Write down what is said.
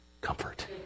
comfort